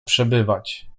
przebywać